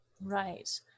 Right